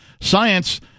Science